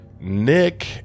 Nick